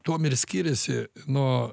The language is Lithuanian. tuom ir skiriasi nuo